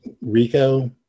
Rico